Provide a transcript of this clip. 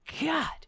God